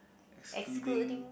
excluding